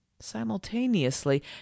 simultaneously